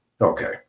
Okay